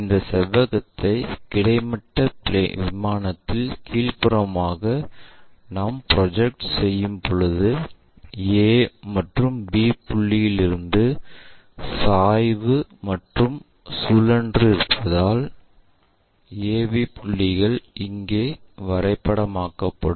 இந்த செவ்வகத்தை கிடைமட்ட விமானத்தில் கீழ்ப்புறமாக நாம் ப்ரொஜெக்ட் செய்யும்பொழுது A மற்றும் B புள்ளிகளிலிருந்து சாய்வு மற்றும் சுழன்று இருப்பதால் AB புள்ளிகள் இங்கே வரைபடமாக்கப்படும்